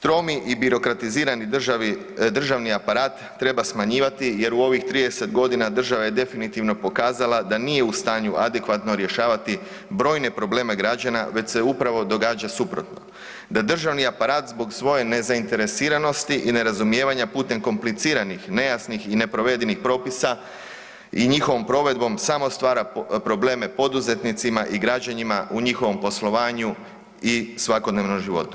Tromi i birokratizirani državni aparat treba smanjivati jer u ovih 30 godina država je definitivno pokazala da nije u stanju adekvatno rješavati brojne probleme građana već se upravo događa suprotno, da državni aparat zbog svoje nezainteresiranosti i nerazumijevanja putem kompliciranih, nejasnih i neprovedenih propisa i njihovom provedbom samo stvara probleme poduzetnicima i građanima u njihovom poslovanju i svakodnevnom životu.